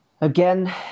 again